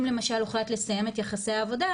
אם למשל הוחלט לסיים את יחסי העבודה,